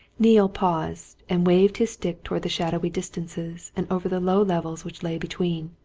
neale paused and waved his stick towards the shadowy distances and over the low levels which lay between.